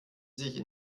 sich